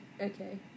Okay